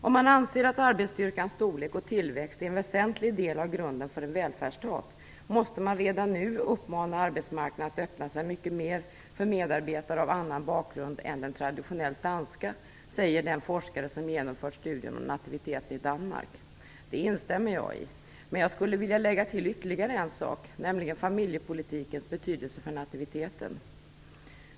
"Om man anser att arbetsstyrkans storlek och tillväxt är en väsentlig del av grunden för en välfärdsstat, måste man redan nu uppmana arbetsmarknaden att öppna sig mycket mer för medarbetare av annan bakgrund än den traditionellt danska." Så säger den forskare som genomfört studien om nativiteten i Danmark. Det instämmer jag i, men jag skulle vilja lägga till ytterligare en sak, nämligen familjepolitikens betydelse för nativiteten.